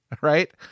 Right